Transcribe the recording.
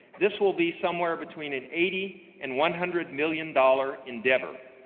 this will be somewhere between an eighty and one hundred million dollars endeavor,